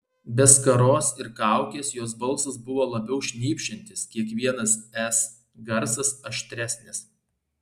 be skaros ir kaukės jos balsas buvo labiau šnypščiantis kiekvienas s garsas aštresnis